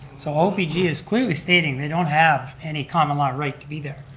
so, opg is clearly stating they don't have any common law right to be there.